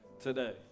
Today